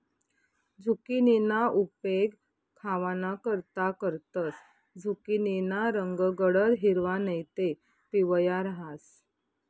झुकिनीना उपेग खावानाकरता करतंस, झुकिनीना रंग गडद हिरवा नैते पिवया रहास